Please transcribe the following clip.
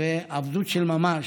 עבדות של ממש,